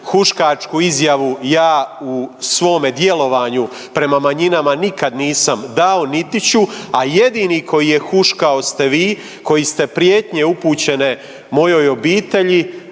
huškačku izjavu ja u svome djelovanju prema manjinama nikad nisam dao niti ću, a jedini koji je huškao ste vi koji ste prijetnje upućene mojoj obitelji